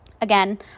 Again